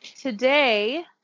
today